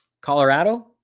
Colorado